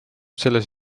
selles